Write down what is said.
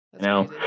no